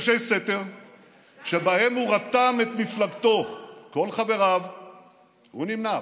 מפגשי סתר שבהם הוא רתם את מפלגתו: הוא נמנע,